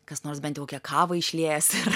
kas nors bent jau kokią kavą išliejęs yra